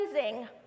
cleansing